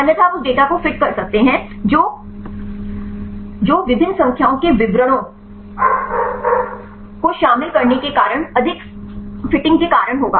अन्यथा आप उस डेटा को फिट कर सकते हैं जो विभिन्न संख्याओं के विवरणों को शामिल करने के कारण अधिक फिटिंग के कारण होगा